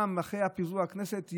גם אחרי פיזור הכנסת,